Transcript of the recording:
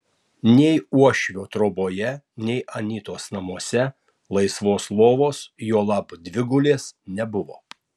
nei uošvio troboje nei anytos namuose laisvos lovos juolab dvigulės nebuvo